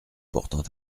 portant